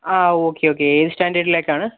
ആ ഒക്കെ ഒക്കെ ഏതു സ്റ്റാൻഡേർഡിലേക്കാണ്